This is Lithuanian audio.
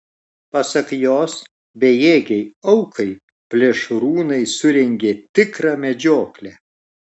pasak jos bejėgei aukai plėšrūnai surengė tikrą medžioklę